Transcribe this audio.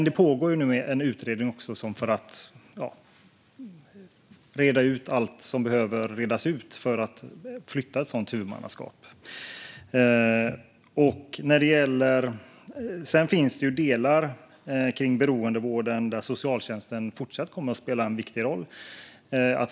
Det pågår nu en utredning för att reda ut allt som behöver redas ut för att flytta ett sådant huvudmannaskap. Sedan finns det delar av beroendevården där socialtjänsten fortsatt kommer att spela en viktig roll.